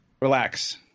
relax